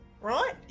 right